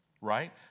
right